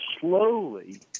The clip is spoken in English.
slowly